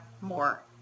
more